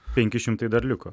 penki šimtai dar liko